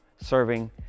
serving